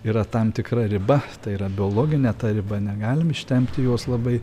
yra tam tikra riba tai yra biologinė ta riba negalim ištempti jos labai